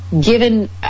given